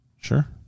sure